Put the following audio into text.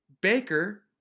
Baker